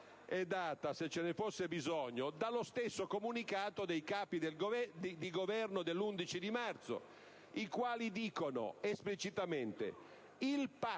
La prova è data, se ce ne fosse bisogno, dallo stesso comunicato dei Capi di Governo dell'11 marzo, i quali dicono esplicitamente: «Il Patto»